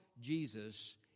Jesus